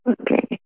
okay